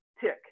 tick